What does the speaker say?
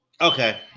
okay